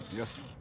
yes